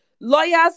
lawyers